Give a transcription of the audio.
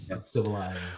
Civilized